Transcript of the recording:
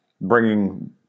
bringing